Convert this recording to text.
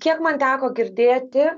kiek man teko girdėti